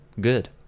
Good